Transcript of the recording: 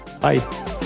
Bye